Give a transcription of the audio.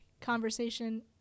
conversation